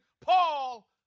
Paul